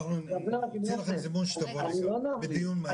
אנחנו לכם זימון בדיון מהיר,